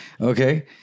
Okay